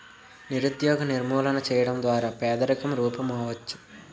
నిరుద్యోగ నిర్మూలన చేయడం ద్వారా పేదరికం రూపుమాపవచ్చు